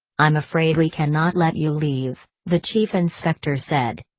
i'm afraid we cannot let you leave, the chief inspector said.